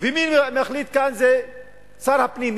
ומי שמחליט כאן זה שר הפנים.